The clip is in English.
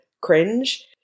cringe